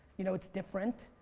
you know, it's different.